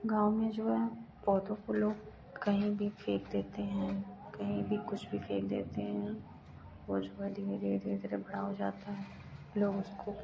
गाँव मे जो है पौधों को लोग कही भी फेंक देते हैं कहीं भी कुछ भी फेंक देते हैं वो जो है धीरे धीरे धीरे धीरे बड़ा हो जाता है लोग उसको